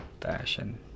fashion